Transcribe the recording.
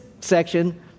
section